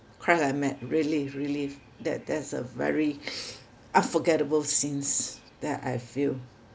cry like mad really really that that's a very unforgettable scenes that I feel